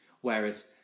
Whereas